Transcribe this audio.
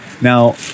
Now